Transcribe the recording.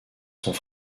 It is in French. sont